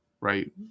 right